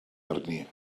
arni